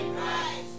Christ